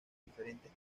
diferentes